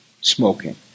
Smoking